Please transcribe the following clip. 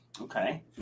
Okay